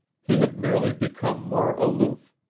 he had merely become more aloof,